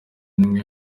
n’imwe